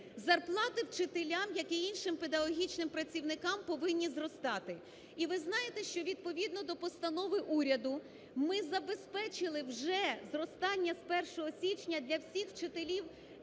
Зарплати вчителям, як і іншим педагогічним працівникам, повинні зростати. І ви знаєте, що відповідно до постанови уряду ми забезпечили вже зростання з 1 січня для всіх вчителів